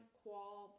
qual